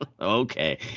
Okay